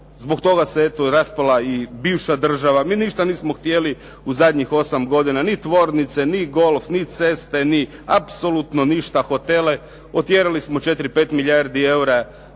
Zbog toga se eto raspala i bivša država. Mi ništa nismo htjeli u zadnjih 8 godina, ni tvornice, ni golf, ni ceste, ni apsolutno ništa hotele. Otjerali smo 4, 5 milijardi eura